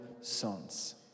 sons